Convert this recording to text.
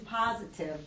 positive